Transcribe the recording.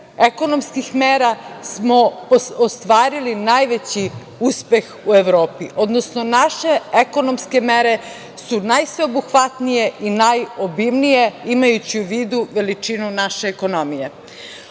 ekonomskih mera smo ostvarili najveći uspeh u Evropi, odnosno naše ekonomske mere su najsveobuhvatnije i najobimnije, imajući u vidu veličinu naše ekonomije. Ono